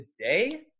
today